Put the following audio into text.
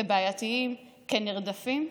כבעייתיים, כנרדפים,